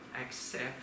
accept